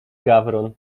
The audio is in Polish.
gawron